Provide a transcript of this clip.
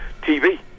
TV